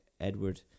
Edward